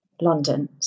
London